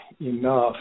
enough